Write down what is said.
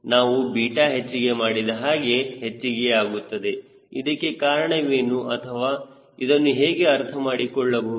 ನಾವು 𝛽 ಹೆಚ್ಚಿಗೆ ಮಾಡಿದಹಾಗೆ ಹೆಚ್ಚಿಗೆಯಾಗುತ್ತದೆ ಇದಕ್ಕೆ ಕಾರಣವೇನು ಅಥವಾ ಇದನ್ನು ಹೇಗೆ ಅರ್ಥಮಾಡಿಕೊಳ್ಳಬಹುದು